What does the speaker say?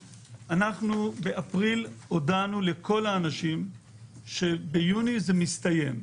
באפריל הודענו לכל האנשים שביוני זה מסתיים.